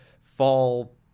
fall